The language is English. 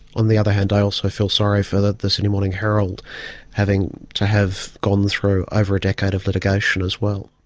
on the other hand i also feel sorry for the the sydney morning herald having to have gone through over a decade of litigation as well.